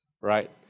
right